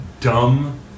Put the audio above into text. dumb